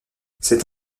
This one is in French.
cette